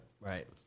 right